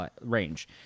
range